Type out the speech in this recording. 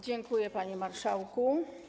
Dziękuję, panie marszałku.